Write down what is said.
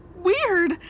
Weird